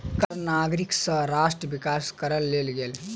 कर नागरिक सँ राष्ट्र विकास करअ लेल गेल